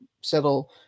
settle